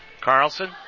Carlson